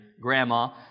grandma